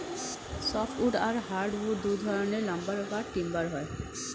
soft wood আর hard wood দুই ধরনের লাম্বার বা টিম্বার হয়